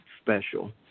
special